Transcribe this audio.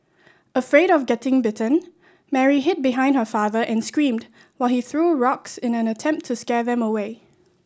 afraid of getting bitten Mary hid behind her father and screamed while he threw rocks in an attempt to scare them away